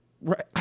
Right